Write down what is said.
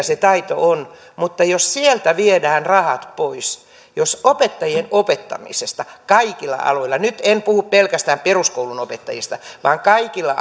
se taito on mutta jos sieltä viedään rahat pois jos opettajien opettamisesta kaikilla alueilla nyt en puhu pelkästään peruskoulunopettajista vaan kaikilla